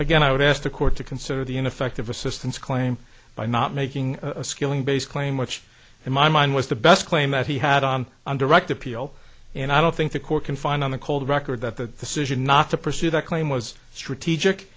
again i would ask the court to consider the ineffective assistance claim by not making a skilling based claim which in my mind was the best claim that he had on undirected appeal and i don't think the court can find on the cold record that the city not to pursue that claim was strategic